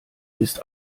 ist